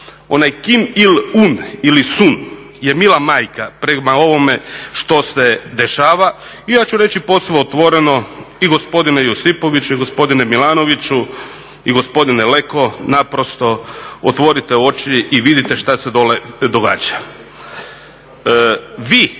ona Kim Džong Un ili … je bila majka prema ovome što se dešava i ja ću reći posve otvoreno i gospodine Josipoviću i gospodine Milanoviću i gospodine Leko naprosto otvorite oči i vidite šta se dolje događa.